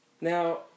Now